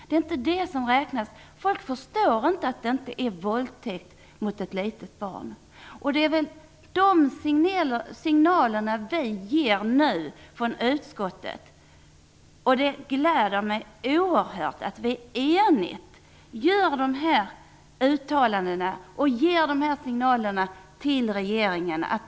Det är inte det som räknas. Folk förstår inte att det inte räknas som våldtäkt mot ett litet barn. Det är dessa signaler som vi i utskottet nu ger. Det gläder mig oerhört att vi enigt gör dessa uttalanden och ger dessa signaler till regeringen.